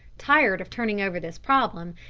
tired of turning over this problem,